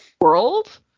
world